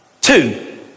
Two